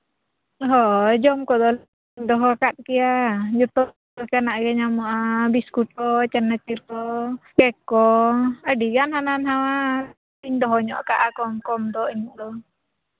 ᱦᱳᱭ ᱡᱚᱢ ᱠᱚᱫᱚ ᱫᱚᱦᱚ ᱠᱟᱜ ᱠᱮᱭᱟ ᱡᱚᱛᱚ ᱞᱮᱠᱟᱱᱟᱜ ᱜᱮ ᱧᱟᱢᱚᱜᱼᱟ ᱵᱤᱥᱠᱩᱴ ᱠᱚ ᱪᱟᱱᱟᱪᱩᱨ ᱠᱚ ᱠᱮᱹᱠ ᱠᱚ ᱟᱹᱰᱤᱜᱟᱱ ᱦᱟᱱᱟ ᱱᱚᱣᱟᱞᱤᱧ ᱫᱚᱦᱚ ᱧᱚᱜ ᱠᱟᱜᱼᱟ ᱠᱚᱢ ᱫᱚ ᱤᱱᱟᱹᱜ ᱫᱚ